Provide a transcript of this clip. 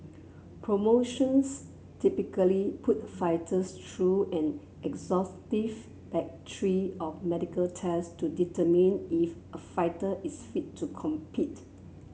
promotions typically put fighters through an exhaustive battery of medical tests to determine if a fighter is fit to compete